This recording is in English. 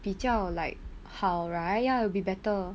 比较 like how right ya will be better